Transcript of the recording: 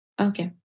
Okay